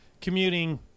commuting